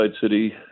city